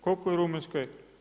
Koliko je u Rumunjskoj?